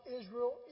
Israel